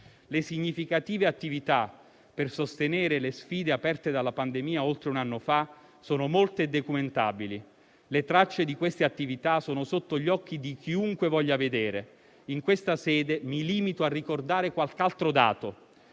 Le significative attività per sostenere le sfide aperte dalla pandemia oltre un anno fa sono molte e documentabili. Le tracce di queste attività sono sotto gli occhi di chiunque voglia vedere. In questa sede mi limito a ricordare qualche altro dato.